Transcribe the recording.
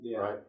right